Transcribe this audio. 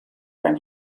from